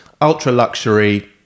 Ultra-luxury